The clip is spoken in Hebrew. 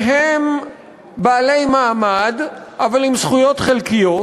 שהם בעלי מעמד אבל עם זכויות חלקיות,